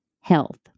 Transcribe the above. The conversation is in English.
health